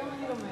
היום אני לומדת.